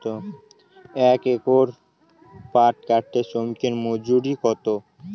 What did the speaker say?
এক একর পাট কাটতে শ্রমিকের মজুরি কত?